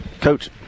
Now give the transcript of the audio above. Coach